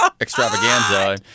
extravaganza